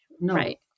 right